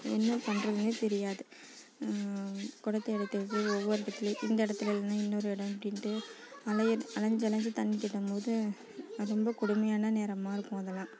என்ன பண்ணுறதுனே தெரியாது குடத்தை எடுத்துக்கிட்டு ஒவ்வொரு இடத்துலியும் இந்த இடத்துல இல்லைனா இன்னொரு எடம் அப்படின்ட்டு அலைய அலைஞ்சு அலைஞ்சு தண்ணி தேடும்போது அது ரொம்ப கொடுமையான நேரமாக இருக்கும் அதெல்லாம்